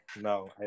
no